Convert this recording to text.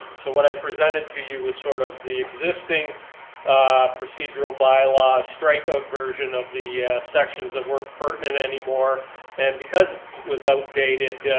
so what i presented to you was sort of the existing procedural bylaws, strike out version of the sections that weren't pertinent anymore and because it was outdated,